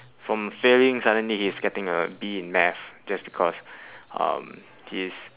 from failing suddenly he's getting a B in math just because um he's